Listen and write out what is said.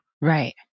Right